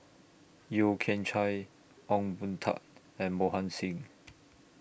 Yeo Kian Chye Ong Boon Tat and Mohan Singh